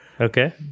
okay